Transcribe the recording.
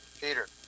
Peter